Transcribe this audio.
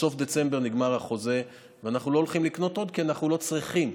בסוף דצמבר נגמר החוזה ואנחנו לא הולכים לקנות עוד כי אנחנו לא צריכים.